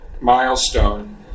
milestone